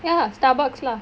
ya Starbucks lah